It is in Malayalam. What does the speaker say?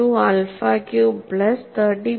72 ആൽഫ ക്യൂബ് പ്ലസ് 30